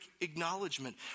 acknowledgement